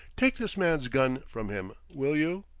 take this man's gun, from him, will you?